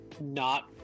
not-